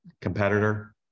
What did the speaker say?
competitor